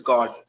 God